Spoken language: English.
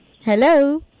Hello